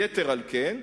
יתר על כן,